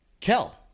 Kel